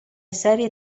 serie